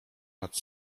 nad